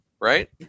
right